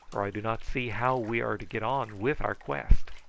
or i do not see how we are to get on with our quest.